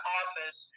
office